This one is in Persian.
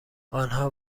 آنها